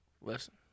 Listen